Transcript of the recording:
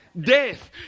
death